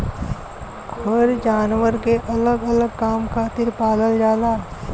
हर जानवर के अलग अलग काम खातिर पालल जाला